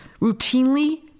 routinely